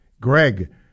Greg